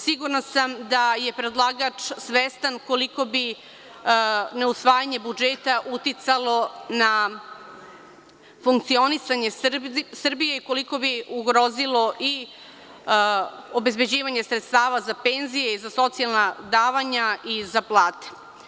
Sigurna sam da je predlagač svestan koliko bi ne usvajanje budžeta uticalo na funkcionisanje Srbije i koliko bi ugrozilo i obezbeđivanje sredstava za penzije, za socijalna davanja i za plate.